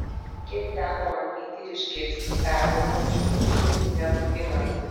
kiek teko matyti ir išgirsti permainos šių ūkininkų nebaugina